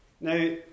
Now